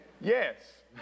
Yes